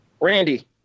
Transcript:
Randy